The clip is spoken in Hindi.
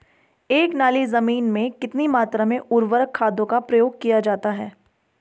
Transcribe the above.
एक नाली जमीन में कितनी मात्रा में उर्वरक खादों का प्रयोग किया जाता है?